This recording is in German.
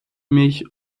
mich